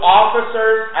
officers